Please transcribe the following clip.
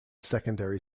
secondary